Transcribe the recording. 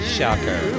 Shocker